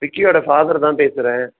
விக்கியோட father தான் பேசுகிறேன்